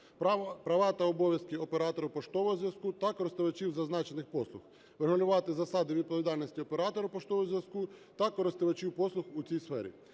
права та обов'язки операторів поштового зв'язку та користувачів зазначених послуг, врегулювати засади відповідальності оператора поштового зв'язку та користувачів послуг у цій сфері.